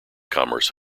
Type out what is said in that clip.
commerce